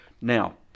Now